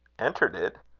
entered it?